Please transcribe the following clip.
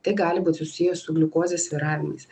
tai gali būt susiję su gliukozės svyravimais